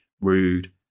rude